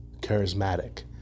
charismatic